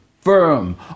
firm